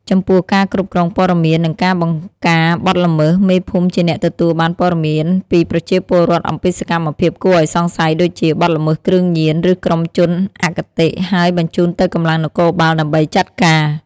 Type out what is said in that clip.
ចំពោះការគ្រប់គ្រងព័ត៌មាន និងការបង្ការបទល្មើស មេភូមិជាអ្នកទទួលបានព័ត៌មានពីប្រជាពលរដ្ឋអំពីសកម្មភាពគួរឲ្យសង្ស័យដូចជា បទល្មើសគ្រឿងញៀន ឬក្រុមជនអគតិ ហើយបញ្ជូនទៅកម្លាំងនគរបាលដើម្បីចាត់ការ។